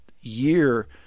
year